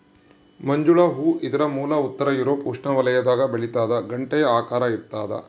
ಮಂಜುಳ ಹೂ ಇದರ ಮೂಲ ಉತ್ತರ ಯೂರೋಪ್ ಉಷ್ಣವಲಯದಾಗ ಬೆಳಿತಾದ ಗಂಟೆಯ ಆಕಾರ ಇರ್ತಾದ